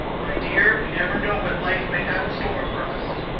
my dear, we never know what life may have in store for us!